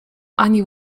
ani